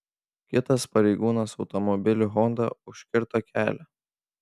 kitas pareigūnas automobiliu honda užkirto kelią